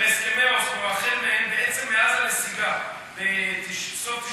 בהסכמי אוסלו, בעצם מאז הנסיגה, סוף 1995,